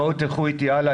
תלכו איתי הלאה,